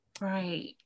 right